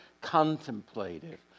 contemplative